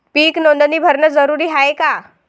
पीक नोंदनी भरनं जरूरी हाये का?